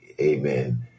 Amen